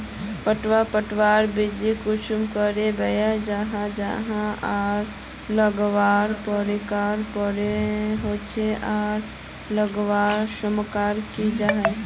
पटवा पटवार बीज कुंसम करे बोया जाहा जाहा आर लगवार प्रकारेर कैडा होचे आर लगवार संगकर की जाहा?